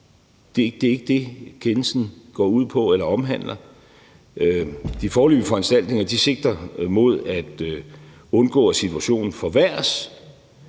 Det er ikke det, kendelsen går ud på eller omhandler. De foreløbige foranstaltninger sigter mod at undgå, at situationen forværres,